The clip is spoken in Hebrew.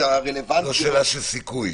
הרלוונטיות --- זה לא שאלה של סיכוי.